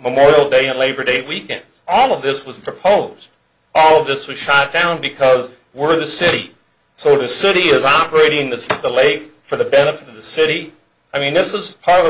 memorial day and labor day weekend all of this was proposed all of this was shot down because we're the city so the city is operating the state the late for the benefit of the city i mean this is part of the